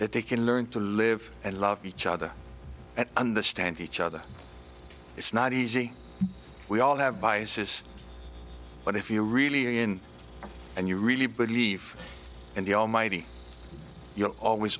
they can learn to live and love each other and understand each other it's not easy we all have biases but if you're really in and you really believe in the almighty you'll always